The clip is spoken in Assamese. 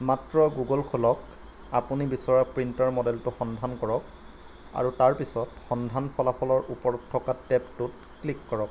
মাত্ৰ গুগল খোলক আপুনি বিচৰা প্ৰিণ্টাৰ মডেলটো সন্ধান কৰক আৰু তাৰপিছত সন্ধান ফলাফলৰ ওপৰত থকা টেবটোত ক্লিক কৰক